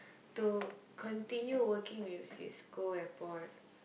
to continue working with Cisco airport